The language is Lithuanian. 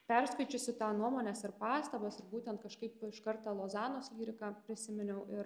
perskaičiusi tą nuomones ir pastabas ir būtent kažkaip iš karto lozanos lyriką prisiminiau ir